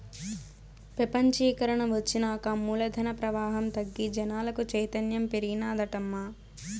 పెపంచీకరన ఒచ్చినాక మూలధన ప్రవాహం తగ్గి జనాలకు చైతన్యం పెరిగినాదటమ్మా